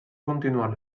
continuar